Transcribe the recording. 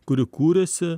kuri kūrėsi